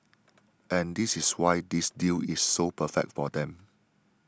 and this is why this deal is so perfect for them